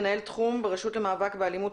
מנהל תחום ברשות למאבק באלימות,